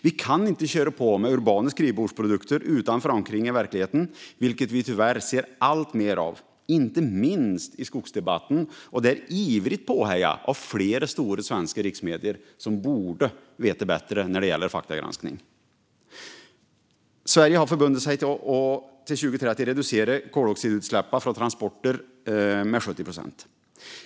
Vi kan inte köra på med urbana skrivbordsprodukter utan förankring i verkligheten, vilket vi tyvärr ser alltmer av, inte minst i skogsdebatten, och ivrigt påhejade av flera stora svenska riksmedier som borde veta bättre när det gäller faktagranskning. Sverige har förbundit sig att till 2030 reducera koldioxidutsläppen från transporter med 70 procent.